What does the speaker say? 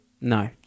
No